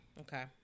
Okay